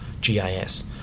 GIS